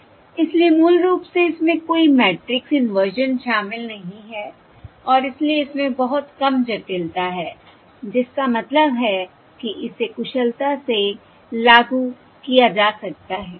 इसलिए मूल रूप से इसमें कोई मैट्रिक्स इनवर्जन शामिल नहीं है और इसलिए इसमें बहुत कम जटिलता है जिसका मतलब है कि इसे कुशलता से लागू किया जा सकता है